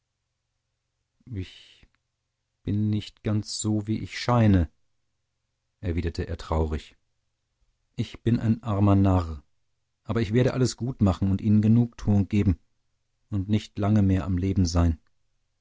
ich bin nicht ganz so wie ich scheine erwiderte er traurig ich bin ein armer narr aber ich werde alles gutmachen und ihnen genugtuung geben und nicht lange mehr am leben sein